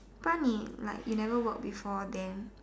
but me like never before then then